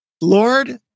Lord